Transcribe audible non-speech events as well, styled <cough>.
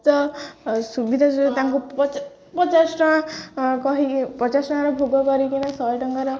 ତ ସୁବିଧା <unintelligible> ତାଙ୍କୁ ପଚାଶ ଟଙ୍କା କହିକି ପଚାଶ ଟଙ୍କାରେ ଭୋଗ କରିକିନା ଶହେ ଟଙ୍କାର